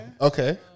Okay